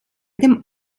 dem